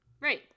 right